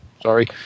Sorry